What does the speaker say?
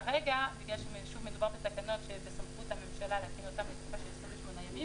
כרגע מכיוון שמדובר בתקנות שבסמכות הממשלה להתקין אותן לתקופה 28 ימים